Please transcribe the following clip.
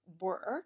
work